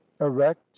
erect